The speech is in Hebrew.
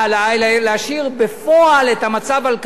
אלא בפועל השארת המצב על כנו,